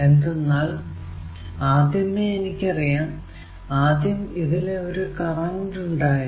എന്തെന്നാൽ ആദ്യമേ എനിക്കറിയാം ആദ്യം ഇതിലെ ഒരു കറന്റ് ഉണ്ടായിരുന്നു